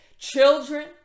children